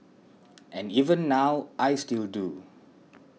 and even now I still do